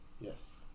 Yes